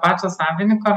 pačio savininko